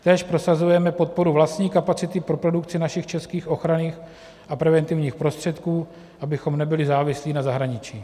Též prosazujeme podporu vlastní kapacity pro produkci našich českých ochranných a preventivních prostředků, abychom nebyli závislí na zahraničí.